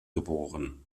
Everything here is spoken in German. geboren